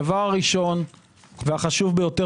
הדבר הראשון והחשוב ביותר